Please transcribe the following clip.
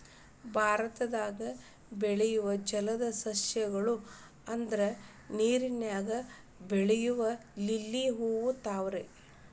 ಭಾರತದಾಗ ಬೆಳಿಯು ಜಲದ ಸಸ್ಯ ಗಳು ಅಂದ್ರ ನೇರಿನಾಗ ಬೆಳಿಯು ಲಿಲ್ಲಿ ಹೂ, ತಾವರೆ